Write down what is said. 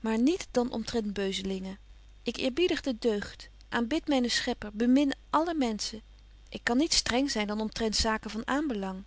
maar niet dan omtrent beuzelingen ik eerbiedig de deugd aanbid mynen schepper bemin alle menschen ik kan niet streng zyn dan omtrent zaken van